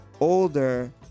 older